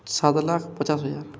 ସାତ ଲକ୍ଷ ପଚାଶ ହଜାର